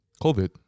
COVID